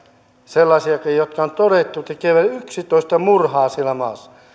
sellaisiakin joista on todettu että tekivät yksitoista murhaa siellä maassa